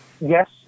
Yes